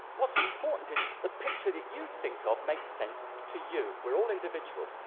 what's important is that the picture that you think of makes sense to you. we're all individual.